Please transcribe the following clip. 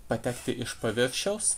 patekti iš paviršiaus